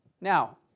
Now